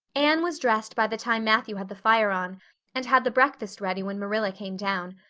anne was dressed by the time matthew had the fire on and had the breakfast ready when marilla came down,